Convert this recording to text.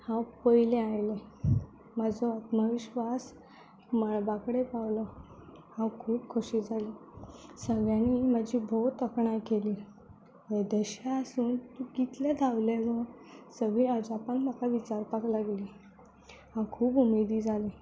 हांव पयलें आयलें म्हजो आत्मविश्वास मळबा कडेन पावलो हांव खूब खोशी जालें सगळ्यांनी म्हजी भोव तोखणाय केली येदेशें आसून तूं कितलें धांवलें गो सगळीं अजापान म्हाका विचारपाक लागलीं हांव खूब उमेदी जालें